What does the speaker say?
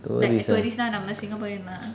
tourist ah